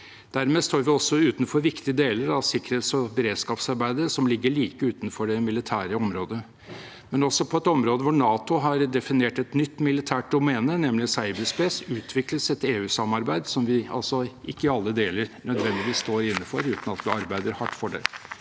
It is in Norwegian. Dermed står vi også utenfor viktige deler av sikkerhets- og beredskapsarbeidet som ligger like utenfor det militære området. Også på et område hvor NATO har definert et nytt militært domene, nemlig cyberspace, utvikles et EU-samarbeid vi altså ikke i alle deler nødvendigvis står inne for, uten at vi arbeider hardt for det.